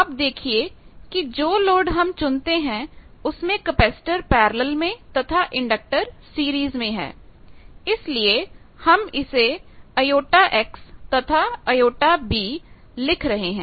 अब देखिए कि जो लोड हम चुनते हैं उसमें कपैसिटर पैरेलल में तथा इंडक्टर सीरीज में है इसलिए हम इसे jX तथा jB लिख रहे हैं